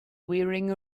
wearing